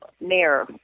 mayor